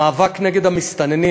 המאבק נגד המסתננים,